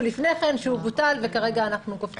לפני כן שבוטל וכרגע אנחנו קופצים.